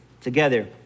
together